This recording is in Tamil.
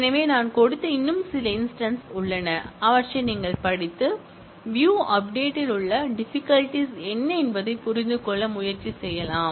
எனவே நான் கொடுத்த இன்னும் சில இன்ஸ்டன்ஸ் உள்ளன அவற்றை நீங்கள் படித்து வியூ அப்டேட் ல் உள்ள டிபிகல்ட்டிஸ் என்ன என்பதை புரிந்து கொள்ள முயற்சி செய்யலாம்